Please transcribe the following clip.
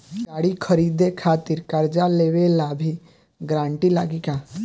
गाड़ी खरीदे खातिर कर्जा लेवे ला भी गारंटी लागी का?